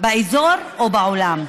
באזור ובעולם.